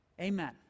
Amen